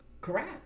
correct